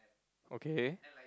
okay